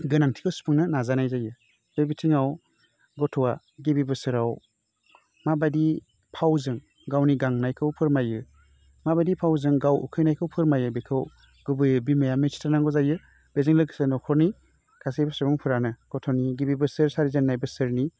गोनांथिखौ सुफुंनो नाजानाय जायो बे बिथिङाव गथ'वा गिबि बोसोराव माबायदि फावजों गावनि गांनायखौ फोरमायो माबायदि फावजों गाव उखैनायखौ फोरमायो बेखौ गुबैयै बिमाया मिथि थारनांगौ जायो बेजों लोगोसे नख'रनि गासैबो सुबुंफ्रानो गथ'नि गिबि बोसोर सारिजेन्नाय बोसोरनि